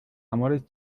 amores